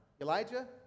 Elijah